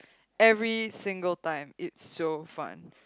every single time it's so fun